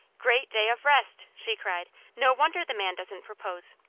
great day of rest! she cried. no wonder the man doesn't propose!